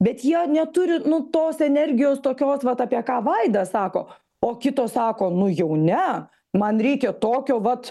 bet jie neturi nu tos energijos tokios vat apie ką vaidas sako o kitos sako nu jau ne man reikia tokio vat